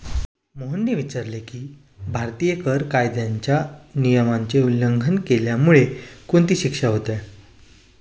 मोहनने विचारले की, भारतीय कर कायद्याच्या नियमाचे उल्लंघन केल्यामुळे कोणती शिक्षा होते?